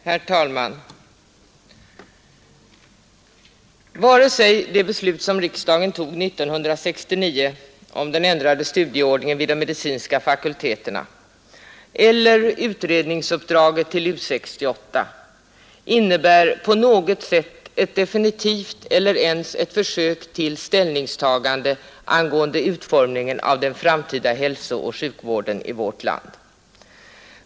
Herr talman! Varken det beslut som riksdagen fattade 1969 om den ändrade studieordningen vid de medicinska fakulteterna eller utredningsuppdraget till U 68 medför på något sätt ett definitivt eller ens ett försök till ställningstagande angående utformningen av den framtida hälsooch sjukvården i vårt land.